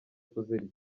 kuzirya